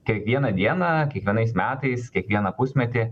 kiekvieną dieną kiekvienais metais kiekvieną pusmetį